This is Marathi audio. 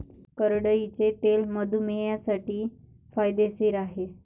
करडईचे तेल मधुमेहींसाठी फायदेशीर आहे